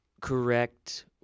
correct